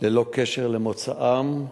ללא קשר למוצאם,